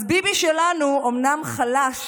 אז ביבי שלנו אומנם חלש